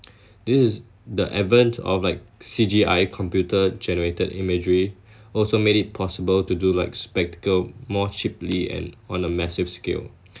this is the advent of like C_G_I computer generated imagery also made it possible to do like spectacle more cheaply and on a massive scale